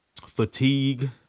fatigue